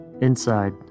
Inside